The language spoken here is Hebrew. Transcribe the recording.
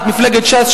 את מפלגת ש"ס,